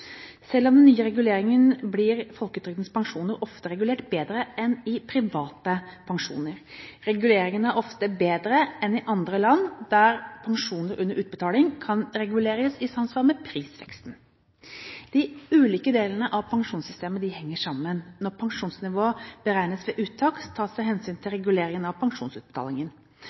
Selv med den nye reguleringen blir folketrygdens pensjoner ofte regulert bedre enn private pensjoner. Reguleringene er ofte bedre enn i andre land, der pensjoner under utbetaling kan reguleres i samsvar med prisveksten. De ulike delene av pensjonssystemet henger sammen. Når pensjonsnivået beregnes ved uttak, tas det hensyn til reguleringen av pensjonsutbetalingen.